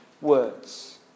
words